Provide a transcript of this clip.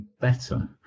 better